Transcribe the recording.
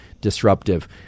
disruptive